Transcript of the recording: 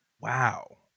Wow